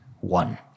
one